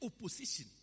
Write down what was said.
opposition